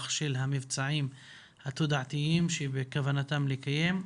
של המבצעים התודעתיים שבכוונתו לקיים,